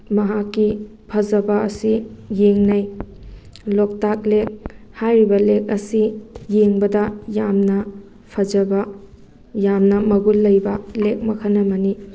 ꯃꯍꯥꯛꯀꯤ ꯐꯖꯕ ꯑꯁꯤ ꯌꯦꯡꯅꯩ ꯂꯣꯛꯇꯥꯛ ꯂꯦꯛ ꯍꯥꯏꯔꯤꯕ ꯂꯦꯛ ꯑꯁꯤ ꯌꯦꯡꯕꯗ ꯌꯥꯝꯅ ꯐꯖꯕ ꯌꯥꯝꯅ ꯃꯒꯨꯟ ꯂꯩꯕ ꯂꯦꯛ ꯃꯈꯜ ꯑꯃꯅꯤ